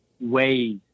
ways